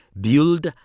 build